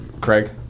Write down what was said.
Craig